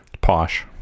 Posh